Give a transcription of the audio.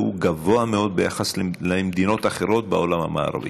והוא גבוה מאוד ביחס למדינות אחרות בעולם המערבי,